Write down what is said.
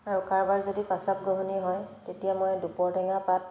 আৰু কাৰোবাৰ যদি প্ৰস্ৰাৱ গ্ৰহণী হয় তেতিয়া মই দুপৰ টেঙা পাত